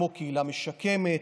כמו קהילה משקמת,